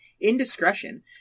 indiscretion